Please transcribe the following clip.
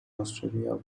australia